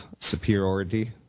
superiority